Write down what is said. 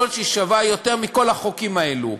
יכול להיות שהיא שווה יותר מכל החוקים האלו.